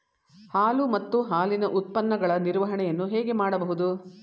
ಹಾಲು ಮತ್ತು ಹಾಲಿನ ಉತ್ಪನ್ನಗಳ ನಿರ್ವಹಣೆಯನ್ನು ಹೇಗೆ ಮಾಡಬಹುದು?